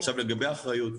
לגבי האחריות.